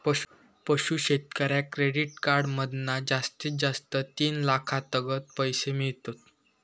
पशू शेतकऱ्याक credit card मधना जास्तीत जास्त तीन लाखातागत पैशे मिळतत